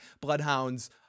Bloodhounds